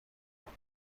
ترور